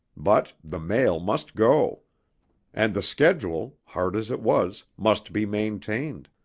but the mail must go and the schedule, hard as it was, must be maintained.